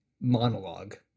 monologue